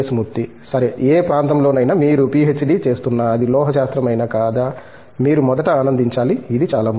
మూర్తి సరే ఏ ప్రాంతంలోనైనా మీరు పిహెచ్డి చేస్తున్నా అది లోహశాస్త్రం అయినా కాదా మీరు మొదట ఆనందించాలి ఇది చాలా ముఖ్యం